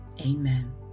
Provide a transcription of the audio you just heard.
amen